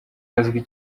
azwi